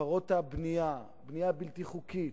הפרות הבנייה, בנייה בלתי חוקית,